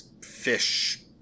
fish